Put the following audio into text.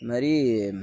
இது மாதிரி